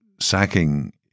sacking